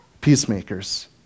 peacemakers